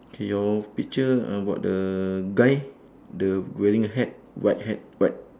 K your picture about the guy the wearing a hat white hat white